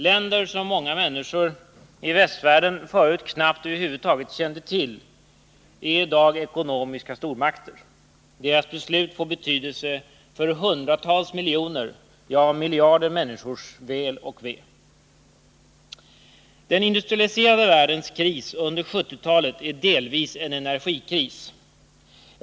Länder som många människor i västvärlden förut över huvud taget knappt kände till är i dag ekonomiska stormakter. Deras beslut får betydelse för hundratals miljoner, ja miljarder människors väl och ve. Den industrialiserade världens kris under 1970-talet är delvis en energikris.